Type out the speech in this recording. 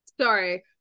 Sorry